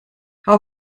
how